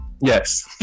Yes